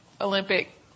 Olympic